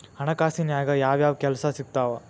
ಹಣಕಾಸಿನ್ಯಾಗ ಯಾವ್ಯಾವ್ ಕೆಲ್ಸ ಸಿಕ್ತಾವ